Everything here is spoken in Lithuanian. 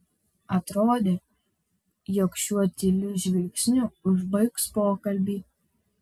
atrodė jog šiuo tyliu žvilgsniu užbaigs pokalbį